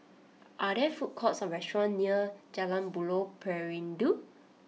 are there food courts or restaurants near Jalan Buloh Perindu